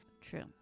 True